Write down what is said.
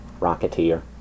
Rocketeer